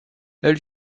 elle